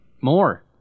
More